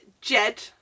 Jed